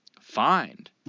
find